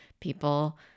people